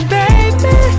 baby